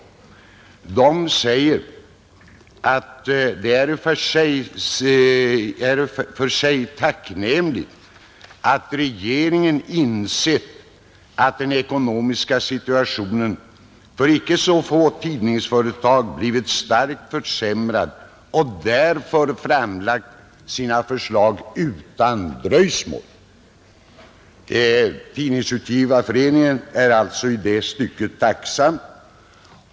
Man sade: ”Det är i och för sig ——— tacknämligt att regeringen insett att den ekonomiska situationen för icke så få tidningsföretag blivit starkt försämrad och därför framlagt sina förslag utan dröjsmål.” Tidningsutgivareföreningen är alltså i det stycket tacksam.